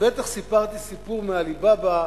בטח סיפרתי סיפור על עלי בבא,